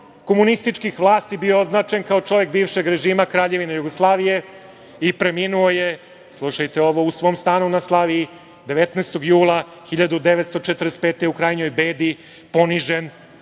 komunističkih vlasti je bio označen kao čovek bivšeg režima Kraljevine Jugoslavije i preminuo je, slušajte ovo, u svom stanu na Slaviji 19. jula 1945. godine u krajnjoj bedi, ponižen